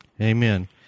Amen